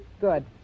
Good